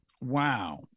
Wow